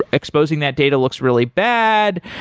exposing that data looks really bad.